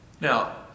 Now